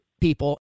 people